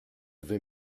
vais